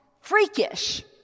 freakish